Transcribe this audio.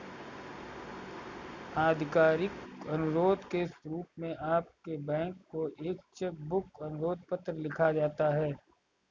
आधिकारिक अनुरोध के रूप में आपके बैंक को एक चेक बुक अनुरोध पत्र लिखा जाता है